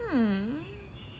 um